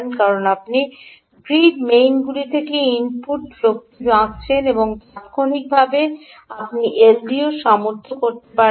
কারণ আপনি গ্রিড মেইনগুলি থেকে ইনপুট শক্তি আঁকছেন এবং তাত্ক্ষণিকভাবে আপনি এলডিওকে সামর্থ্য করতে পারেন